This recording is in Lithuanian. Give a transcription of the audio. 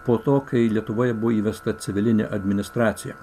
po to kai lietuvoje buvo įvesta civilinė administracija